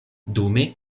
dume